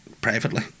privately